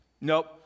Nope